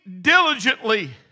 diligently